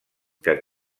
que